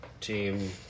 team